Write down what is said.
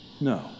No